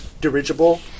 dirigible